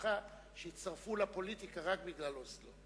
במפלגתך שהצטרפו לפוליטיקה רק בגלל אוסלו.